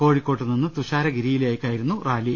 കോഴിക്കോട്ടുനിന്ന് തുഷാരഗിരിയിലേക്കായിരുന്നു റാലി